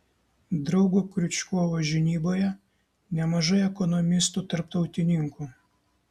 draugo kriučkovo žinyboje nemažai ekonomistų tarptautininkų